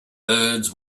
birds